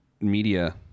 media